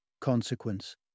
consequence